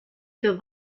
für